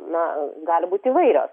na gali būt įvairios